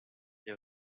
les